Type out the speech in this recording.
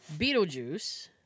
Beetlejuice